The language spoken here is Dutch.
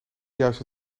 juiste